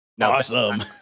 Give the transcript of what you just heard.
Awesome